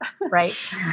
Right